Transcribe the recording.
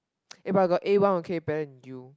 eh but I got A one okay better than you